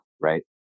right